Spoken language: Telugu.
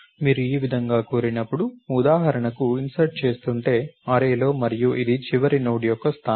మీరు ఈ విధంగా కోరినప్పుడు ఉదాహరణకు ఇన్సర్ట్ చేస్తుంటే అర్రేలో మరియు ఇది చివరి నోడ్ యొక్క స్థానం